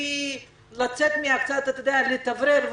בלי לצאת להתאוורר,